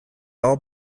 all